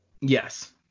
Yes